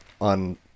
on